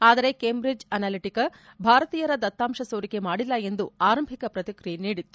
ಆದರೆ Cambridge Analytica ಭಾರತೀಯರ ದತ್ತಾಂಶ ಸೋರಿಕೆ ಮಾಡಿಲ್ಲ ಎಂದು ಆರಂಭಿಕ ಪ್ರತಿಕ್ರಿಯೆ ನೀಡಿತ್ತು